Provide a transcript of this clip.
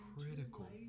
Critical